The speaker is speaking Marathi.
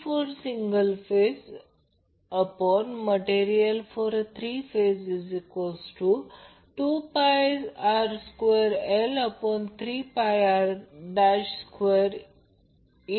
आता ती single phase material three phase material हे व्हॉल्यूम आहे